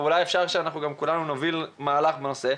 אפשר אולי גם שכולנו נוביל מהלך בנושא,